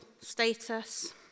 status